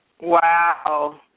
Wow